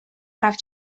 прав